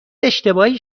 اشتباهی